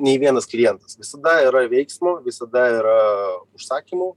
nei vienas klientas visada yra veiksmo visada yra užsakymų